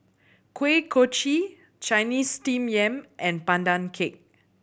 Kuih Kochi Chinese Steamed Yam and Pandan Cake